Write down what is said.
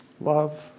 Love